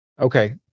Okay